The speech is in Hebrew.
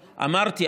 אמרתי,